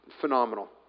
Phenomenal